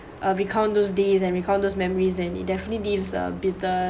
a recount those days and recount those memories and it definitely leaves a bitter